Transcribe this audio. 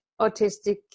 autistic